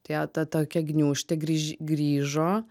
tie ta tokia gniūžtė grįž grįžo